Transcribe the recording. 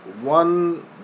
one